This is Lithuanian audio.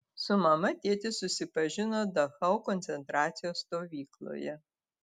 su mama tėtis susipažino dachau koncentracijos stovykloje